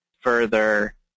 further